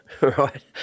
Right